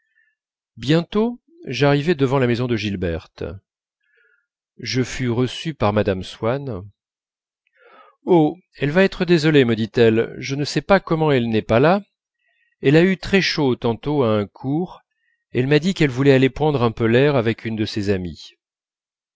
bientôt j'arrivai devant la maison de gilberte je fus reçu par mme swann oh elle va être désolée me dit-elle je ne sais pas comment elle n'est pas là elle a eu très chaud tantôt à un cours elle m'a dit qu'elle voulait aller prendre un peu l'air avec une de ses amies